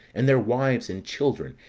and their wives and children,